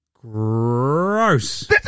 gross